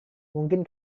mungkin